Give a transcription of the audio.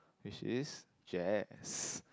which is jazz